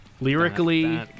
Lyrically